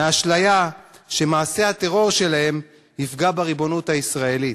מהאשליה שמעשה הטרור שלהם יפגע בריבונות הישראלית,